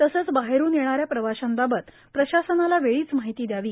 तसेच बाहेरून येणा या प्रवाशांबाबत प्रशासनाला वेळीच माहिती द्यावी